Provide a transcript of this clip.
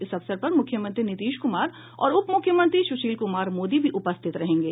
इस अवसर पर मुख्यमंत्री नीतीश कुमार और उपमुख्यमंत्री सुशील कुमार मोदी भी उपस्थित रहेंगे